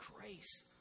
grace